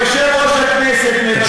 תמשיך, אדוני.